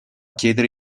chiedere